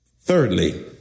Thirdly